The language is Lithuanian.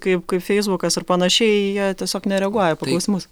kaip kaip feisbukas ar panašiai jie tiesiog nereaguoja jausmus